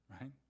right